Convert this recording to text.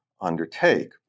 undertake